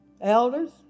elders